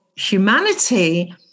humanity